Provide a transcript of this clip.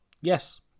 yes